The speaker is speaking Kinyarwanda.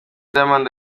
diamond